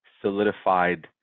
solidified